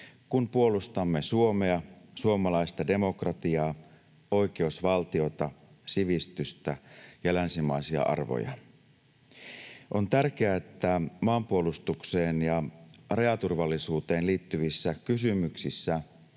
kun puolustamme Suomea, suomalaista demokratiaa, oikeusvaltiota, sivistystä ja länsimaisia arvoja. On tärkeää, että maanpuolustukseen ja rajaturvallisuuteen liittyvissä kysymyksissä